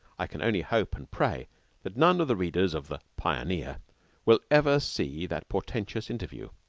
i can only hope and pray that none of the readers of the pioneer will ever see that portentous interview.